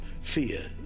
fear